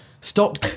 Stop